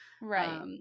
Right